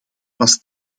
pas